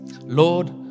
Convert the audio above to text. Lord